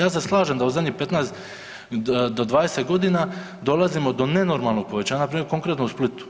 Ja se slažem da u zadnjih 15 do 20 godina dolazimo do nenormalnog povećanja, konkretno u Splitu.